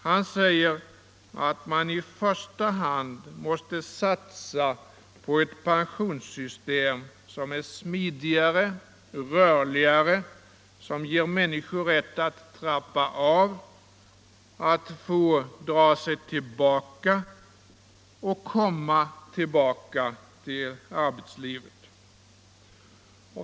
Han säger att man i första hand måste satsa på ett pensionssystem som är smidigare, rörligare, som ger människor rätt att trappa av, att få dra sig tillbaka och komma åter till arbetslivet.